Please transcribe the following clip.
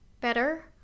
better